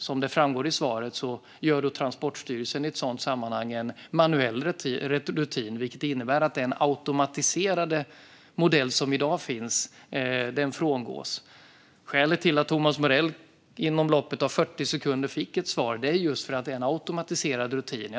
Som framgår i svaret har Transportstyrelsen i ett sådant sammanhang en manuell rutin, vilket innebär att den automatiserade modell som i dag finns frångås. Skälet till att Thomas Morell inom loppet av 40 sekunder fick ett svar är just att det är en automatiserad rutin.